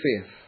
faith